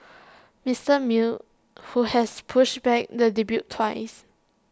Mister who has pushed back the debut twice